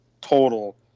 total